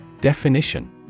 Definition